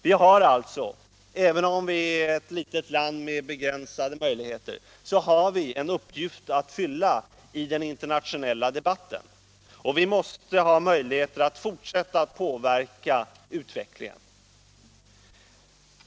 Vi har alltså — även om vi är ett litet land med begränsade möjligheter — en uppgift att fylla i den internationella debatten, och vi måste ha möjligheter att fortsätta påverka utvecklingen.